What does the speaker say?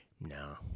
No